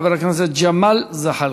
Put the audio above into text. חבר הכנסת ג'מאל זחאלקה.